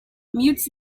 mutes